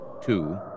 two